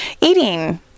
eating